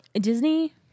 Disney